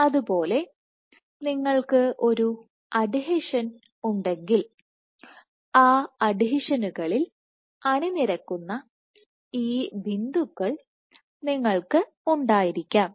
അതുപോലെ നിങ്ങൾക്ക് ഒരു അഡ്ഹീഷൻ ഉണ്ടെങ്കിൽ ആ അഡ്ഹീഷനുകളിൽ അണിനിരക്കുന്ന ഈ ബിന്ദുക്കൾ നിങ്ങൾക്ക് ഉണ്ടായിരിക്കാം